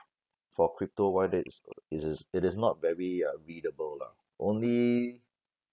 for crypto is is is it is not very uh readable lah only